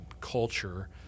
culture